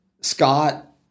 scott